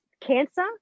cancer